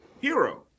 Hero